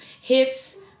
Hits